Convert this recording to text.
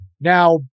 Now